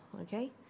Okay